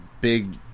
big